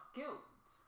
guilt